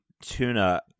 Tuna